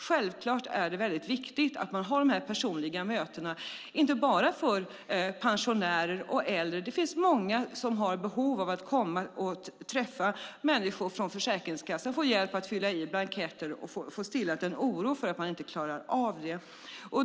Självklart är det väldigt viktigt att ha de personliga mötena, inte bara för pensionärer och äldre. Det finns många som har behov av att få träffa människor från Försäkringskassan, få hjälp med att fylla i blanketter och få en oro stillad för att de inte klarar av det.